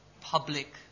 public